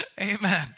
Amen